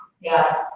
yes